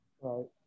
Right